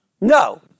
No